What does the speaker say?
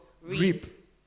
reap